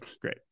great